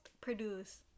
produce